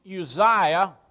Uzziah